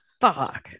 fuck